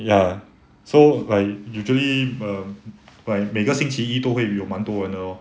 ya so like usually um like 每个星期一都会有蛮多人的咯